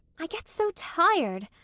i get so tired!